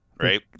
right